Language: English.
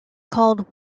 called